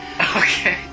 Okay